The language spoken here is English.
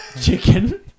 chicken